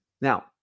Now